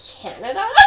Canada